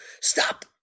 Stop